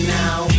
now